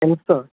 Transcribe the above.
ఎంత